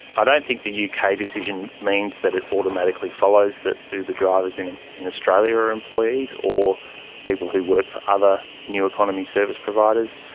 i don't think the uk decision means that it automatically follows that uber drivers in in australia are employees or people who work for other new economy service providers,